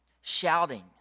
shouting